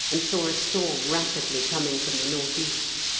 and saw a storm rapidly coming from the north-east.